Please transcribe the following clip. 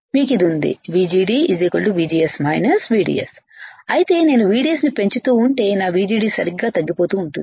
మీకు ఇది ఉంది VGD VGS VDS అయితే నేను VDSపెంచుతూ ఉంటే నా VGD సరిగ్గా తగ్గిపోతూ ఉంటుంది